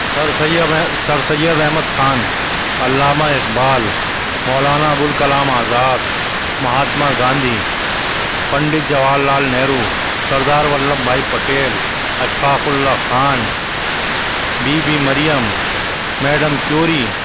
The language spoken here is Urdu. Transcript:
سر سید ایب Sir Syed Ahmad Khan Allama Iqbal Maulana Abul Kalam Azad Mahatma Gandhi Pandit Jawahar Lal Nehru Sardar Vallabhbhai Patel Ashfaqulla Khan Bibi Maryam madam Curie